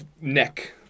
neck